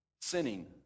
sinning